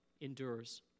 endures